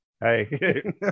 hey